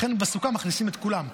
לכן בסוכה מכניסים את כולם.